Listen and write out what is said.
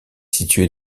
située